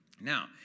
Now